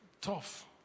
tough